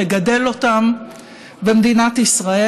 לגדל אותם במדינת ישראל.